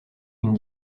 une